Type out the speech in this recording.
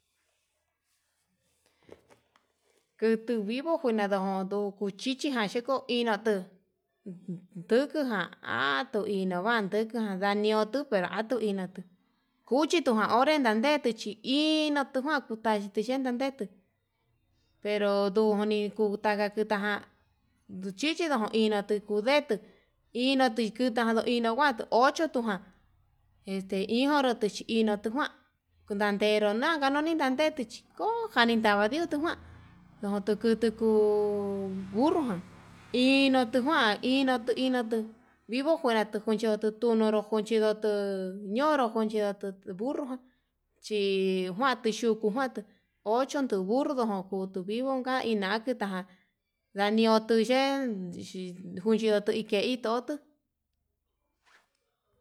Kutuu vivo njunado njutu chichi naxhiko inatu, nduku jan iná ha atuu njuand ndike nañiutu pero atuu iná tuu cuchi toján onre nan dandete chi ina'a tujuan kutayiti chen ndande pero ndujuni kuu, ndaga kuta ján nduchichi no'o inatu kudetu inatui kuu kutado inaguate ko'o ochotuján este hijoro chi koni tu kuan nandero nagani takuu tandechí kojani tavandio tuu njuan, ndojon tuku tukuu burru ján inutunjuan inotu inotu, vivo tunjuena yundutun nonro cuchindoto ñonro konchidotu burro jan chí njuante xhuku juantuu ocho no burru kutuu, vivo jan inakita yandioto yen chinukuido kuin ike'e itotuu